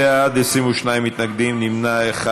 40 בעד, 22 מתנגדים, נמנע אחד.